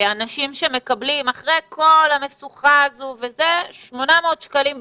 אנשים שמקבלים אחרי כל המשוכה 800 שקלים חודש.